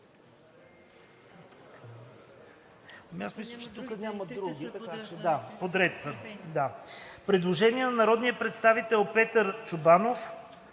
Предложение на народния представител Петър Чобанов.